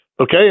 okay